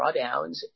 drawdowns